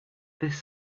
this